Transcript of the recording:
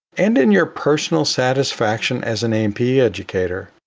and in your personal satisfaction as an a and p educator.